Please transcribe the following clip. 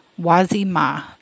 Wazima